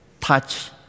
touch